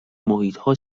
محیطها